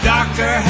Doctor